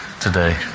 today